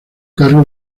cargo